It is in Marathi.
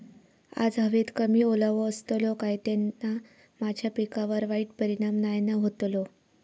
आज हवेत कमी ओलावो असतलो काय त्याना माझ्या पिकावर वाईट परिणाम नाय ना व्हतलो?